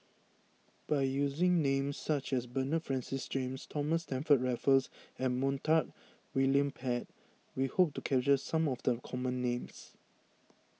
by using names such as Bernard Francis James Thomas Stamford Raffles and Montague William Pett we hope to capture some of the common names